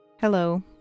Hello